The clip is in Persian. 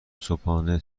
صبحانه